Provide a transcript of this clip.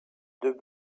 deux